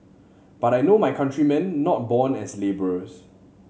but I know my countrymen not born as labourers